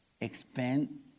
expand